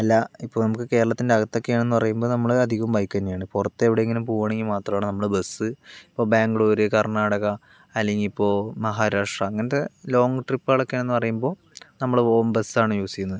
അല്ല ഇപ്പോൾ നമുക്ക് കേരളത്തിൻ്റെ അകത്തൊക്കെയാണെന്ന് പറയുമ്പോൾ നമ്മള് അധികം ബൈക്ക് തന്നെയാണ് പുറത്ത് എവിടെയെങ്കിലും പോവുകയാണെങ്കിൽ മാത്രമാണ് നമ്മൾ ബസ്സ് ഇപ്പോൾ ബാംഗ്ലൂർ കർണാടക അല്ലെങ്കിൽ ഇപ്പോൾ മഹാരാഷ്ട്ര അങ്ങനത്തെ ലോങ്ങ് ട്രിപ്പുകളൊക്കെയെന്ന് പറയുമ്പോൾ നമ്മൾ പോകാൻ ബസ്സാണ് യൂസ് ചെയ്യുന്നത്